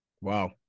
Wow